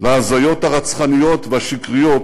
להזיות הרצחניות והשקריות